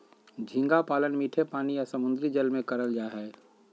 झींगा पालन मीठे पानी या समुंद्री जल में करल जा हय